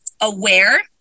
aware